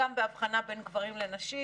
גם בהבחנה בין גברים לנשים,